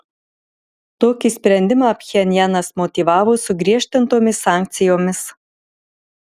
tokį sprendimą pchenjanas motyvavo sugriežtintomis sankcijomis